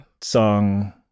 song